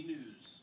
News